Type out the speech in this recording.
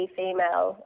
female